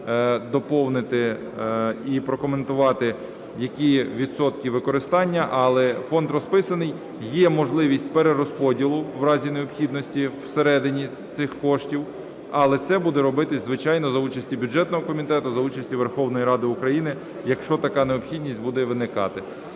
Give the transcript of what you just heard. доповнити і прокоментувати які відсотки використання, але фонд розписаний. Є можливість перерозподілу, в разі необхідності, всередині цих коштів, але це буде робитися, звичайно, за участі бюджетного комітету, за участі Верховної Ради України, якщо така необхідність буде виникати.